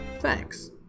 Thanks